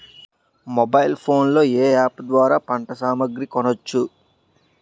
Mobile phone లో ఏ app ద్వారా పంట సామాగ్రి కొనచ్చు?